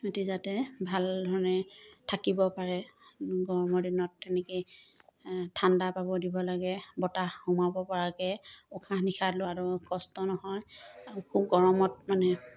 সিহঁতে যাতে ভাল ধৰণে থাকিব পাৰে গৰমৰ দিনত তেনেকৈ ঠাণ্ডা পাব দিব লাগে বতাহ সোমাব পৰাকে উশাহ নিশাহ লোৱাটো কষ্ট নহয় আৰু খুব গৰমত মানে